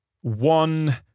one